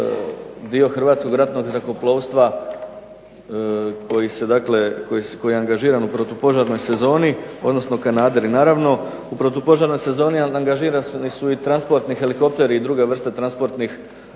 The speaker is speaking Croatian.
dio Hrvatskoj ratnog zrakoplovstva koji je angažiran u protupožarnoj sezoni, odnosno kanaderi naravno. U protupožarnoj sezoni angažirani su transportni helikopteri i druge vrste transportnih